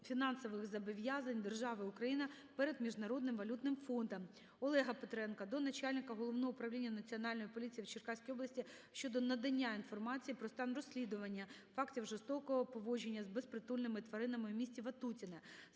фінансових зобов'язань держави Україна перед Міжнародним валютним фондом. Олега Петренка до начальника Головного управління Національної поліції в Черкаській області щодо надання інформації про стан розслідування фактів жорстокого поводження із безпритульними тваринами у місті Ватутіне.